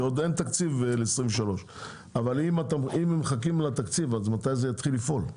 כי עוד אין תקציב ל- 2023. אבל אם מחכים לתקציב אז מתי זה יתחיל לפעול?